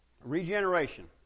Regeneration